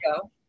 go